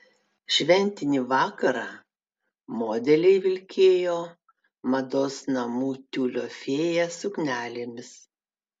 šventinį vakarą modeliai vilkėjo mados namų tiulio fėja suknelėmis